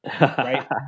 right